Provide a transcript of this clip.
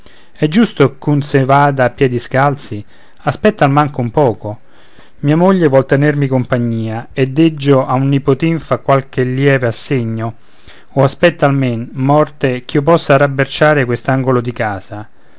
è giusto ch'un sen vada a piedi scalzi aspetta almanco un poco mia moglie vuol tenermi compagnia e deggio a un nipotin far qualche lieve assegno o aspetta almen morte ch'io possa rabberciare quest'angolo di casa